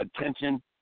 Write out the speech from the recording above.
attention